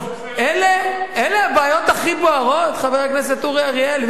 אלה הבעיות הכי בוערות, חבר הכנסת אורי אריאל?